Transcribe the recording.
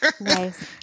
Nice